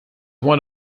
one